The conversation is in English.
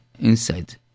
inside